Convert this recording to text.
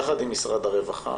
יחד עם משרד הרווחה,